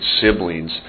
siblings